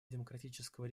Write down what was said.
демократического